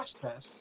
process